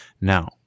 Now